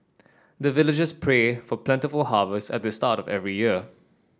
the villagers pray for plentiful harvest at the start of every year